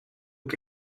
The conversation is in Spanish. que